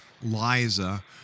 Liza